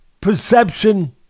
perception